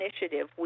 initiative